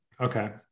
Okay